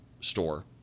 store